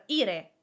ire